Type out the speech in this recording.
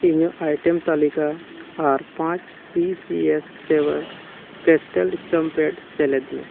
ᱤᱧᱟᱹᱜ ᱟᱭᱴᱮᱢ ᱛᱟᱹᱞᱤᱠᱟ ᱟᱨ ᱯᱟᱸᱪ ᱯᱤᱥ ᱤᱭᱮᱥ ᱯᱷᱮᱵᱟᱨ ᱠᱮᱥᱴᱮᱞ ᱮᱥᱴᱟᱢ ᱯᱮᱰ ᱥᱮᱞᱮᱫ ᱢᱮ